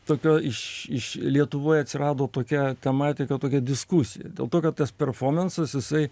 tokio iš iš lietuvoj atsirado tokia tematika tokia diskusija dėl to kad tas performansas jisai